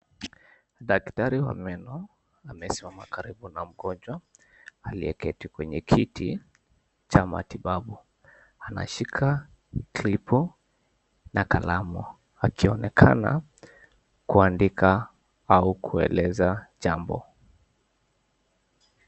Daktari wa meno amesimama karibu na mgonjwa aliyeketi kwenye kiti cha matibabu. Anashika klipu na kalamu akionekana kuandika au kueleza jambo.